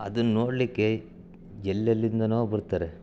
ಅದನ್ನು ನೋಡಲಿಕ್ಕೆ ಎಲ್ಲೆಲ್ಲಿಂದನೋ ಬರ್ತಾರೆ